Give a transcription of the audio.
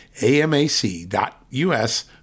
amac.us